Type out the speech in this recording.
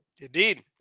Indeed